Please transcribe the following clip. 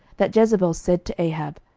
that jezebel said to ahab,